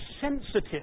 sensitive